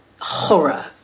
horror